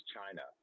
China